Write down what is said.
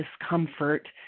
discomfort